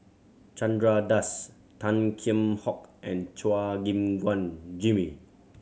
Chandra Das Tan Kheam Hock and Chua Gim Guan Jimmy